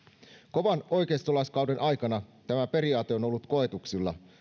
kovan oikeistolaiskauden aikana tämä periaate on ollut koetuksilla